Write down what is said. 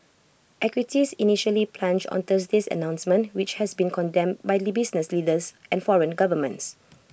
equities initially plunged on Thursday's announcement which has been condemned by the business leaders and foreign governments